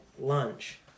lunch